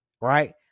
right